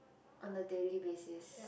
on the daily basis